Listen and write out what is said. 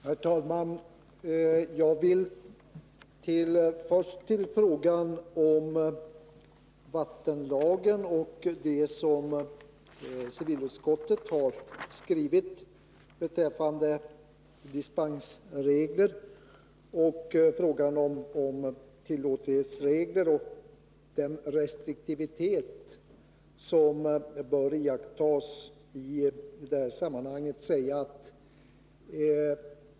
Herr talman! Först beträffande frågan om vattenlagen och det som civilutskottet har skrivit om dispensregler och tillåtlighetsregler samt om den restriktivitet som bör iakttas i det här sammanhanget.